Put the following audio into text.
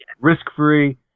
risk-free